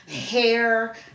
hair